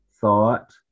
thought